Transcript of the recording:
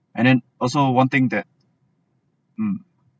and then also one thing that mm